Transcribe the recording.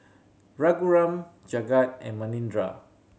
Raghuram Jagat and Manindra